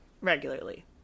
regularly